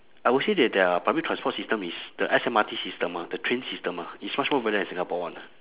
I will say that their public transport system is the S_M_R_T system ah the train system ah is much more better than singapore one ah